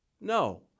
No